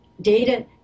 data